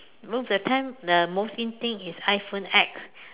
no that time the most in thing is iPhone X